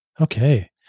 Okay